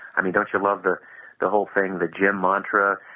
i mean, don't you love the the whole thing the gym mantra,